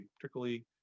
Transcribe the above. particularly